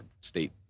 state